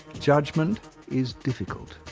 judgement is difficult.